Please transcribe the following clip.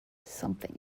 something